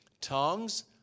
tongues